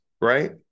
right